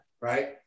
Right